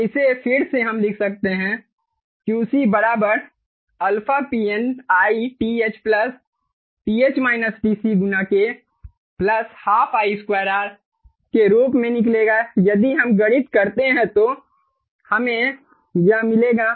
तो इसे फिर से हम लिख सकते हैं QC αPN I TH K 12 I2R के रूप में निकलेगा यदि हम गणित करते हैं तो हमें यह मिलेगा